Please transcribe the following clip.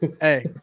Hey